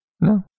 No